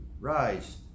rise